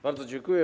Bardzo dziękuję.